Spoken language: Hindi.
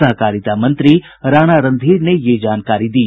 सहकारिता मंत्री राणा रणधीर ने यह जानकारी दी